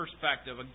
perspective